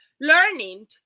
learning